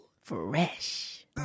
Fresh